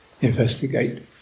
investigate